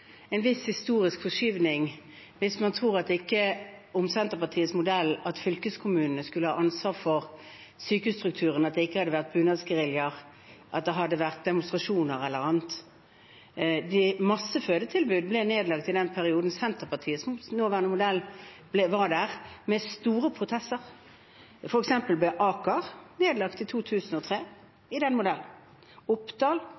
en viss historisk forskyvning hvis man tror at det med Senterpartiets modell – at fylkeskommunene skulle ha ansvar for sykehusstrukturen – ikke hadde vært bunadsgerilja, demonstrasjoner eller annet. Mange fødetilbud ble nedlagt – under store protester – i den perioden Senterpartiets nåværende modell var. For eksempel ble Aker nedlagt i 2003